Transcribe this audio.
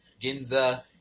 Ginza